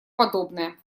подобное